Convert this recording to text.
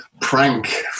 prank